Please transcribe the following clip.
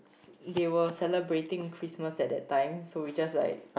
they were celebrating Christmas at that time so we just like